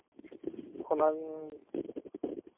ᱦᱚᱞᱟᱧ